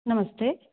नमस्ते